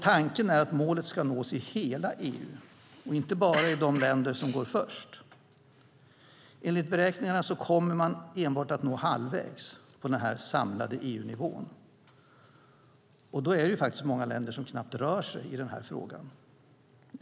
Tanken är att målet ska nås i hela EU och inte bara i de länder som går först. Enligt beräkningarna kommer man enbart att nå halvvägs på den här samlade EU-nivån, och då är det faktiskt många länder som knappt rör sig i den här frågan.